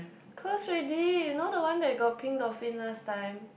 close already you know the one that got pink dolphin last time